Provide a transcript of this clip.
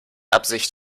absicht